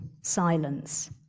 silence